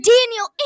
Daniel